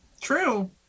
True